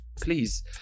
please